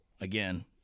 again